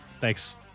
Thanks